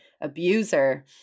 abuser